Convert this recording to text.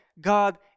God